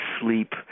sleep